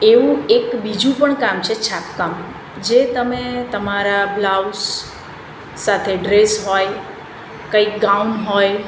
એવું એક બીજું પણ કામ છે છાપકામ જે તમે તમારા બ્લાઉઝ સાથે ડ્રેસ હોય કંઈક ગાઉન હોય